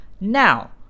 Now